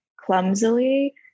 clumsily